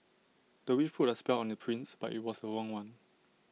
the witch put A spell on the prince but IT was the wrong one